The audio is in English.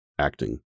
Acting